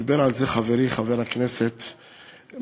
דיבר על זה חברי חבר הכנסת מיכאלי,